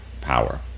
power